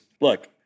look